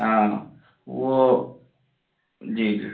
ہاں وہ جی جی